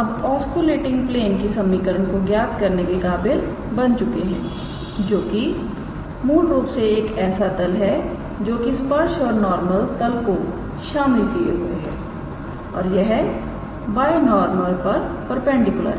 अब osculating plane की समीकरण को ज्ञात करने के काबिल बन चुके हैं जो कि मूल रूप से एक ऐसा तल है जो कि स्पर्श और नॉर्मल तल को शामिल किए हुए हैं और यह बाय नॉरमल पर परपेंडिकुलर है